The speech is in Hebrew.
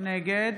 נגד